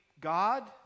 God